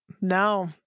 No